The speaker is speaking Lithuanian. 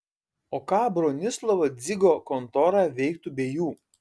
o ką bronislovo dzigo kontora veiktų be jų